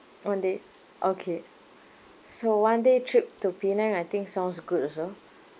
one day okay so one day trip to penang I think sounds good also